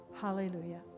Hallelujah